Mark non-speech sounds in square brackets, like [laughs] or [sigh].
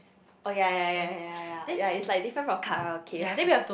oh yea yea yea yea yea yea is like different from karaoke [laughs]